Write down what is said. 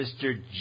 mr